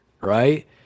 right